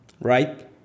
right